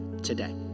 today